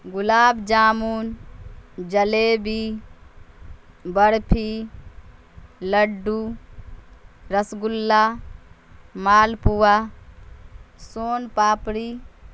گلاب jamun jalebi barfi laddoo rasgulla malpua son papdi